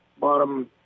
bottom